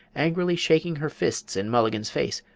angrily shaking her fists in mulligan's face,